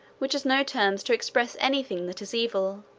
which has no terms to express any thing that is evil,